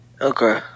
Okay